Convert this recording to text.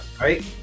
right